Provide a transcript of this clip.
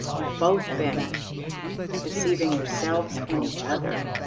you've both been deceiving yourselves and each other